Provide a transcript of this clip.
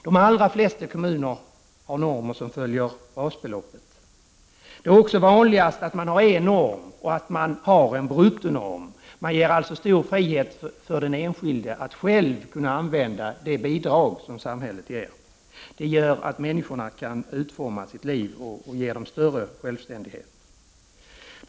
De allra flesta kommuner har normer som följer basbeloppet. Det är också vanligast att man har en norm, en bruttonorm. Man ger alltså den enskilde stor frihet att själv använda det bidrag som samhället ger. Det gör att människorna själva kan utforma sina liv och ger dem större självständighet.